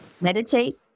meditate